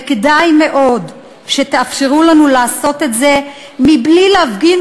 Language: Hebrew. וכדאי מאוד שתאפשרו לנו לעשות את זה בלי להפגין